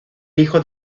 hijo